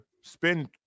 spend